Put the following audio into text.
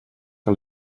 que